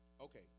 Okay